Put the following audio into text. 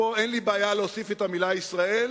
פה אין לי בעיה להוסיף את המלה ישראל,